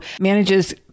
manages